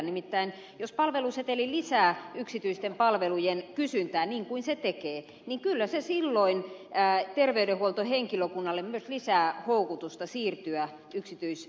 nimittäin jos palveluseteli lisää yksityisten palvelujen kysyntää niin kuin se tekee niin kyllä se silloin myös lisää terveydenhuoltohenkilökunnalle houkutusta siirtyä yksityissektorille